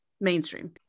mainstream